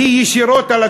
היא ישירות על הצרכן.